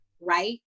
right